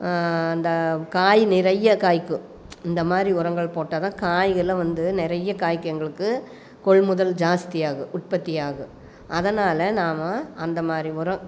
இந்த காய் நிறைய காயிக்கும் இந்தமாதிரி உரங்கள் போட்டால் தான் காய்கள்லாம் வந்து நிறைய காயிக்கும் எங்களுக்கு கொள்முதல் ஜாஸ்த்தியாகும் உற்பத்தியாகும் அதனால் நாம அந்தமாதிரி உரம்